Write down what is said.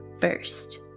first